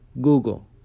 Google